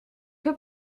que